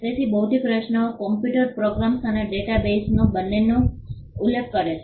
તેથી બૌદ્ધિક રચનાઓ કમ્પ્યુટર પ્રોગ્રામ્સ અને ડેટા બેઝ બંનેનો ઉલ્લેખ કરે છે